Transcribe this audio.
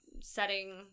setting